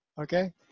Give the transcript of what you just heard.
okay